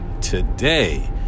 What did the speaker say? today